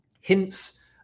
hints